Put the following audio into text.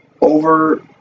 over